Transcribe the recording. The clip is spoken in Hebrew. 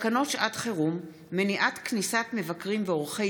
תקנות שעת חירום (מניעת כניסת מבקרים ועורכי